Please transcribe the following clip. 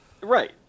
Right